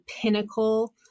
pinnacle